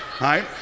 right